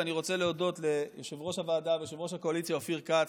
ואני רוצה להודות ליושב-ראש הוועדה וליושב-ראש הקואליציה אופיר כץ,